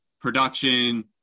production